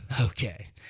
Okay